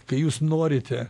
kai jūs norite